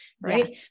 right